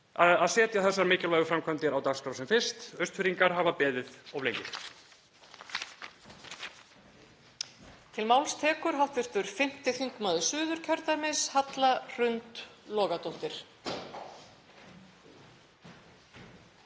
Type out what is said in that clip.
að setja þessar mikilvægu framkvæmdir á dagskrá sem fyrst. Austfirðingar hafa beðið of lengi.